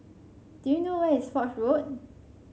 do you know where is Foch Road